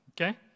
Okay